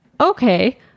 okay